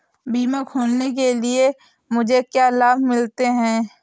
बीमा खोलने के लिए मुझे क्या लाभ मिलते हैं?